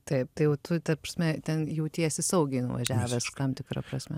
taip tai jau tu ta prasme ten jautiesi saugiai nuvažiavęs tam tikra prasme